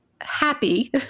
happy